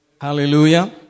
Hallelujah